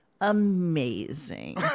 amazing